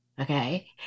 Okay